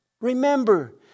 Remember